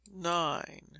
Nine